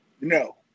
No